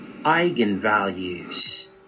Eigenvalues